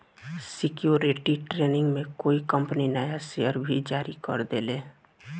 security training में कोई company नया शेयर भी जारी कर देले